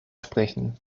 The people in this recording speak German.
sprechen